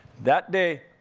that day,